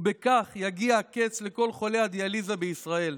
ובכך יגיע הקץ לכל חולי הדיאליזה בישראל.